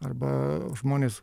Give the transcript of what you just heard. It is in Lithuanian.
arba žmonės